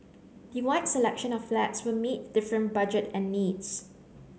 the wide selection of flats will meet different budget and needs